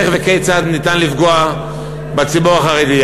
איך וכיצד ניתן לפגוע בציבור החרדי.